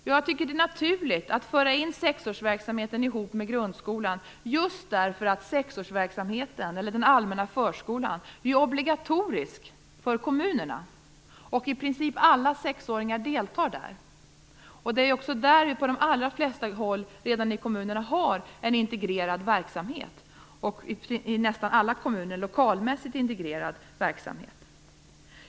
Jag tycker det är naturligt att lägga sexårsverksamheten ihop med grundskolan, just därför att sexårsverksamheten eller den allmänna förskolan är obligatorisk för kommunerna. I princip alla sexåringar deltar i den. Där finns det också i nästan alla kommuner redan en lokalmässigt integrerad verksamhet.